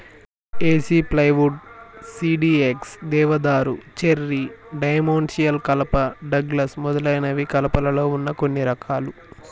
ఏసి plywood, CDX, దేవదారు, cherry, dimensional కలప, Douglas మొదలైనవి కలపలో వున్న కొన్ని రకాలు